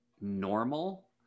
normal